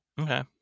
Okay